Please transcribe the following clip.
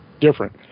different